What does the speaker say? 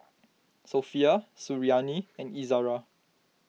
Sofea Suriani and Izara